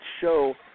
show –